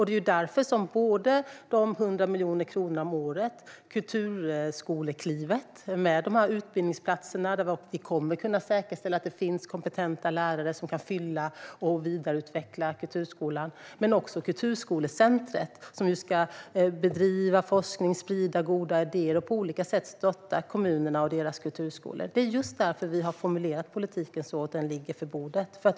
Det är också anledningen till både de 100 miljoner kronorna om året och Kulturskoleklivet, med de utbildningsplatser som ingår där. Vi kommer att kunna säkerställa att det finns kompetenta lärare som kan fylla platserna och vidareutveckla kulturskolan. Vi har också det kulturskolecentrum som ska bedriva forskning, sprida goda idéer och på olika sätt stötta kommunerna och deras kulturskolor. Det är just därför vi har formulerat politiken så som den ligger på bordet.